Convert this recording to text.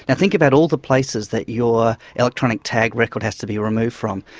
and think about all the places that your electronic tag record has to be removed from.